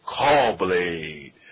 Callblade